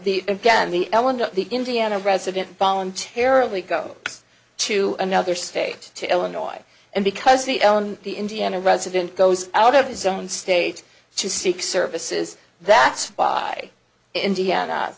the again the l and the indiana resident voluntarily go to another state to illinois and because the the indiana resident goes out of his own state to seek services that by indiana